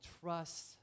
trust